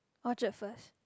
Orchard first